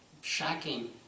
shocking